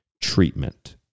treatment